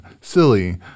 silly